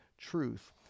truth